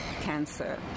cancer